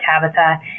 Tabitha